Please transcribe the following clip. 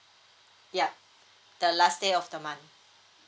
ya the last day of the month